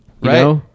right